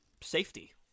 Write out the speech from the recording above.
safety